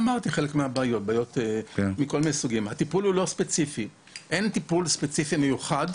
אין טיפול ספציפי מיוחד,